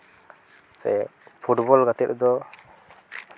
ᱥᱮ ᱯᱷᱩᱴᱵᱚᱞ ᱜᱟᱛᱮᱜ ᱨᱮᱫᱚ